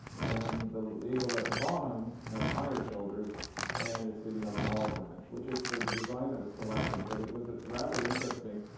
and the eagle at the bottom has higher shoulders and is sitting on an olive branch which is the design that was selected, but it was rather interesting.